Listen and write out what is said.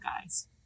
Guys